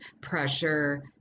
pressure